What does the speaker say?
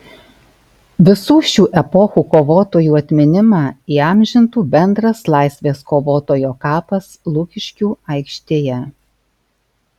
visų šių epochų kovotojų atminimą įamžintų bendras laisvės kovotojo kapas lukiškių aikštėje